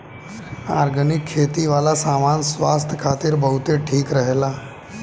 organic खेती वाला सामान स्वास्थ्य खातिर बहुते ठीक रहेला